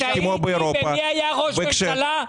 במי היה ראש ממשלה,